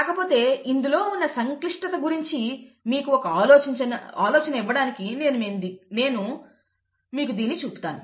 కాకపోతే ఇందులో ఉన్న సంక్లిష్టత గురించి మీకు ఒక ఆలోచన ఇవ్వడానికి నేను దీన్ని మీకు చూపుతాను